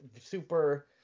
super